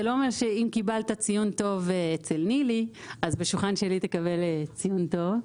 זה לא אומר שאם קיבלת ציון טוב אצל נילי אז בשולחן שלי תקבל ציון טוב.